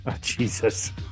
Jesus